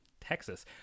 Texas